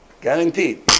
Guaranteed